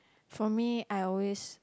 for me I always